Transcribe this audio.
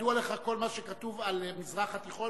ידוע לך כל מה שכתוב על המזרח התיכון,